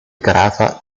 carafa